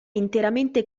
interamente